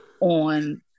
on